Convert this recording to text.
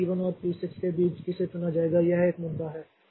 अब पी 1 और पी 6 के बीच किसे चुना जाएगा यह एक मुद्दा है